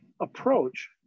approach